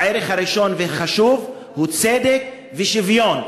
הערך הראשון והחשוב הוא צדק ושוויון.